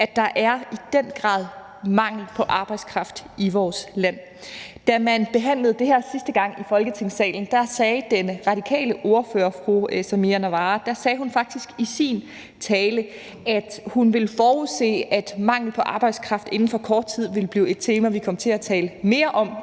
fordi der i den grad er mangel på arbejdskraft i vores land. Da man behandlede det her sidste gang i Folketingssalen, sagde den radikale ordfører, fru Samira Nawa, i sin tale, at hun ville forudse, at mangel på arbejdskraft inden for kort tid ville blive et tema, vi ville komme til at tale mere om